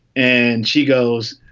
and she goes,